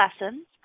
lessons